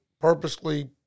purposely